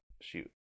Shoot